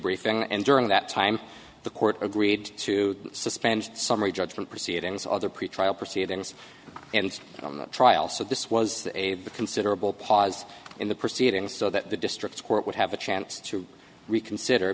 briefing and during that time the court agreed to suspend summary judgment proceedings other pretrial proceedings and trial so this was a considerable pause in the proceedings so that the district court would have a chance to reconsider